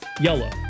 Yellow